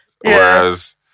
Whereas